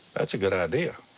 that's a good idea.